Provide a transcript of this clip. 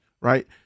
right